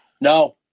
no